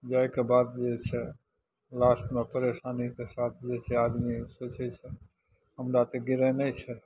जाइके बाद जे छै से लास्टमे परेशानीके साथ छै जे आदमी सोचै छै हमरा तऽ गिरेनाइ छै